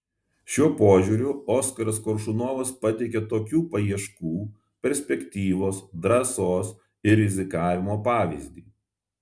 šiuo požiūriu oskaras koršunovas pateikia tokių paieškų perspektyvos drąsos ir rizikavimo pavyzdį